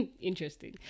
interesting